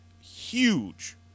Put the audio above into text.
huge